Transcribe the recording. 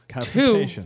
Two